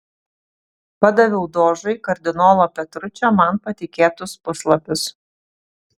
padaviau dožui kardinolo petručio man patikėtus puslapius